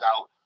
out